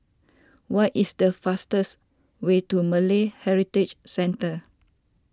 what is the fastest way to Malay Heritage Centre